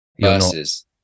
Versus